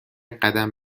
قدم